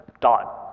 dot